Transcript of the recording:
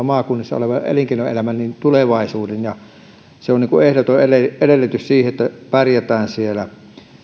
maakunnissa olevan elinkeinoelämän tulevaisuuden se on ehdoton edellytys sille että pärjätään siellä